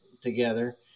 together